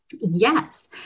Yes